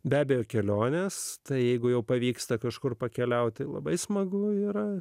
be abejo keliones jeigu jau pavyksta kažkur pakeliauti labai smagu yra